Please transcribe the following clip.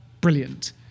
brilliant